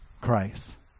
Christ